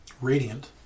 Radiant